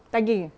daging eh